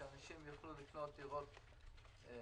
שאנשים יוכלו לקנות דירות בזול,